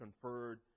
conferred